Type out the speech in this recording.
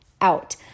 out